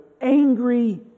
angry